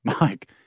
Mike